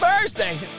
Thursday